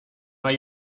hay